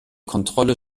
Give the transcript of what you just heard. kontrolle